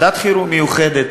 ועדת חירום מיוחדת?